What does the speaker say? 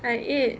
I ate